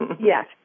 Yes